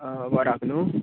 वराक न्हय